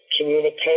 communication